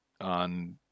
on